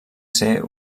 ser